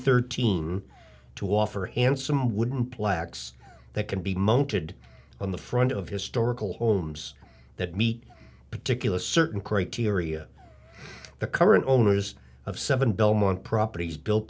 thirteen to offer and some wooden plaques that can be mounted on the front of historical owns that meet particular certain criteria the current owners of seven belmont properties built